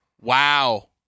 Wow